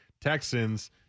Texans